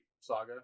saga